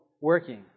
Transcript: working